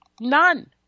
None